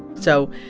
so,